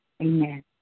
Amen